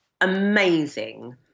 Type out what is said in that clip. amazing